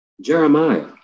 Jeremiah